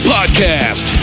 Podcast